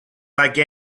like